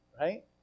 right